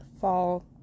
fall